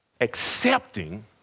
accepting